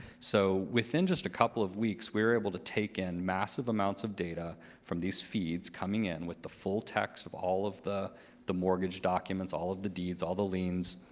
so within just a couple of weeks, we were able to take in massive amounts of data from these feeds coming in with the full text of all of the the mortgage documents, all of the deeds, all the liens.